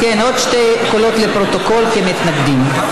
עוד שני קולות לפרוטוקול כמתנגדים.